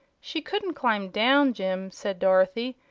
she couldn't climb down, jim, said dorothy.